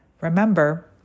Remember